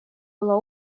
была